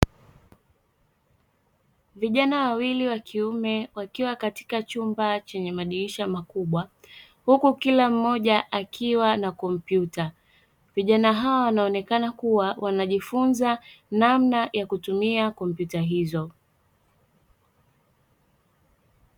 Vijana wawili wa kiume wakiwa katika chumba chenye madirisha makubwa huku kila mmoja akiwa na kompyuta, vijana hawa wanaonekana kuwa wanajifunza namna ya kutumia kompyuta hizo.